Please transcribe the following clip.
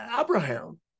Abraham